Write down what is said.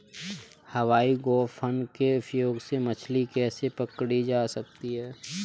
हवाई गोफन के उपयोग से मछली कैसे पकड़ी जा सकती है?